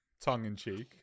Tongue-in-cheek